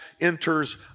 enters